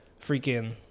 freaking